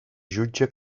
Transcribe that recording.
jutge